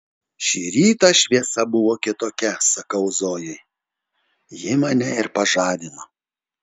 šį rytą šviesa buvo kitokia sakau zojai ji mane ir pažadino